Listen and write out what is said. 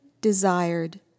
desired